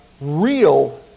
real